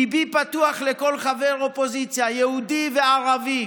ליבי פתוח לכל חבר אופוזיציה, יהודי וערבי.